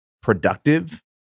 productive